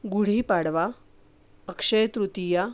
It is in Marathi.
गुढीपाडवा अक्षय तृतीया